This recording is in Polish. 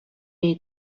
jej